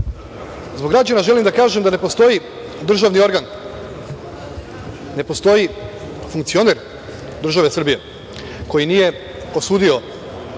građana želim da kažem da ne postoji državni organ, ne postoji funkcioner države Srbije koji nije osudio